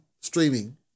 streaming